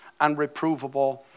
unreprovable